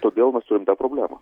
todėl mes turim tą problemą